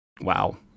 Wow